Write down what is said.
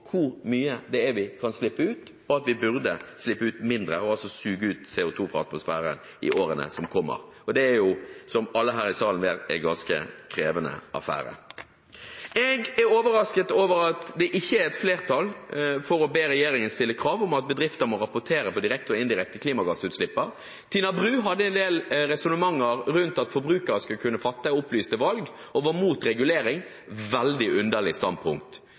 hvor mye det er vi kan slippe ut, og vi burde slippe ut mindre og suge ut CO2 fra atmosfæren i årene som kommer. Det er jo, som alle her i salen vet, en ganske krevende affære. Jeg er overrasket over at det ikke er flertall for å be regjeringen stille krav om at bedrifter må rapportere på direkte og indirekte klimagassutslipp. Tina Bru hadde en del resonnementer rundt at forbrukere skulle kunne fatte opplyste valg, og var imot regulering. Det er et veldig underlig standpunkt.